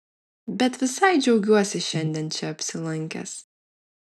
bet visai džiaugiuosi šiandien čia apsilankęs